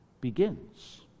begins